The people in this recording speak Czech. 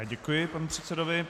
Já děkuji panu předsedovi.